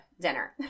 dinner